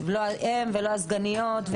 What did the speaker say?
לא הן ולא הסגניות,